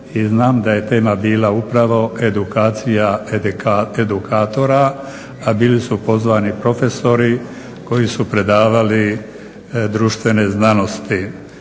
znam da je tema bila upravo edukacija edukatora, a bili su pozvani profesori koji su predavali društvene znanosti.